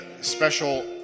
special